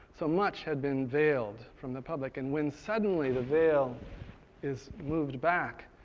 so much had been veiled from the public and when suddenly the veil is moved back,